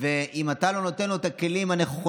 ואם לא, נשלח לכם דחפורים.